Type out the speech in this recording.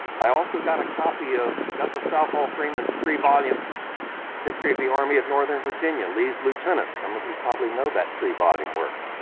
i also got a copy of douglas southall freeman's three volume history of the army of northern virginia, lee's lieutenants, some of you probably know that three volume work.